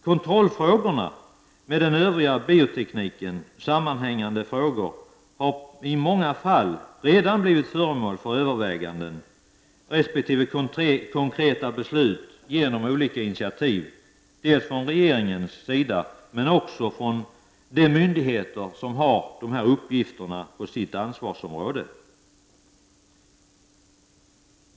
Kontrollfrågorna och med den övriga biotekniken sammanhängande frågor har i många fall redan blivit föremål för överväganden resp. konkreta beslut genom olika initiativ, dels från regeringens sida, dels från de myndigheter som har dessa uppgifter inom sina ansvarsområden.